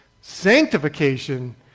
Sanctification